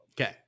okay